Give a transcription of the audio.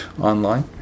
online